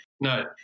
No